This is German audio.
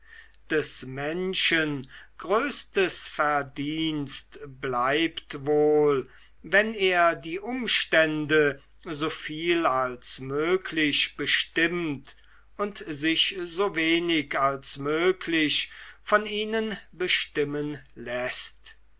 des menschen größtes verdienst bleibt wohl wenn er die umstände soviel als möglich bestimmt und sich so wenig als möglich von ihnen bestimmen läßt